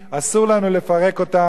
אסור לנו לפרק אותם,